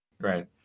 Right